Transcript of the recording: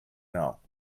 now